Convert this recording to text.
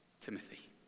Timothy